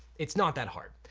it's not that hard.